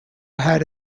had